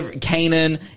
Canaan